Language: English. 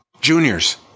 juniors